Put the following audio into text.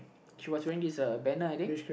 she was wearing this uh banner I think